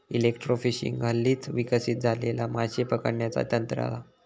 electrofishing हल्लीच विकसित झालेला माशे पकडण्याचा तंत्र हा